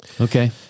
Okay